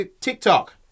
TikTok